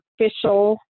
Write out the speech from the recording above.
official